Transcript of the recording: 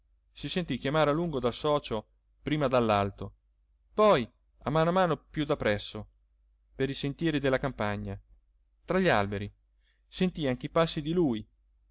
si sentì chiamare a lungo dal socio prima dall'alto poi a mano a mano più da presso per i sentieri della campagna tra gli alberi sentì anche i passi di lui